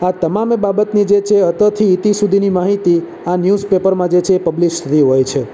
આ તમામે બાબતની જે છે એ અતથી ઈતિ સુધીની માહિતી આ ન્યૂઝપેપરમાં જે છે એ પબ્લિસ થતી હોય છે